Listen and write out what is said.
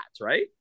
right